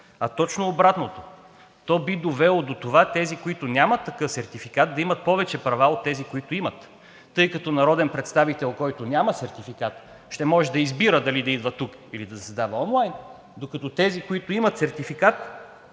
а точно обратното – то би довело до това тези, които нямат такъв сертификат, да имат повече права от тези, които имат. Тъй като народен представител, който няма сертификат, ще може да избира дали да идва тук, или да заседава онлайн, докато тези, които имат сертификат,